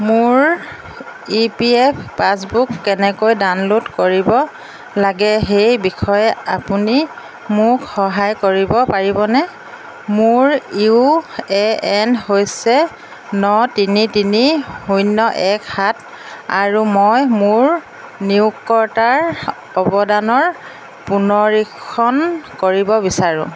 মোৰ E P F passbook কেনেকৈ download কৰিব লাগে সেই বিষয়ে আপুনি মোক সহায় কৰিব পাৰিবনে মোৰ ইউ এ এন হৈছে ন তিনি তিনি শূন্য এক সাত আৰু মই মোৰ নিয়োগকৰ্তাৰ অৱদানৰ পুনৰীক্ষণ কৰিব বিচাৰোঁ